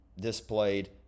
displayed